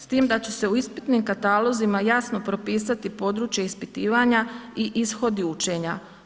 S time da će se u ispitnim katalozima jasno propisati područje ispitivanja i ishodi učenja.